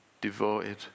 devoted